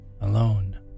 alone